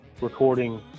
recording